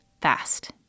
fast